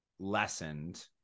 lessened